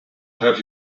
have